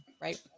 right